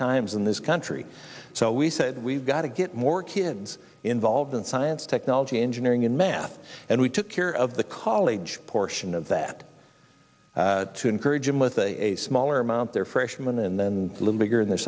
times in this country so we said we've got to get more kids involved in science technology engineering and math and we took care of the college portion of that to encourage him with a smaller amount their freshman and then a little bigger in their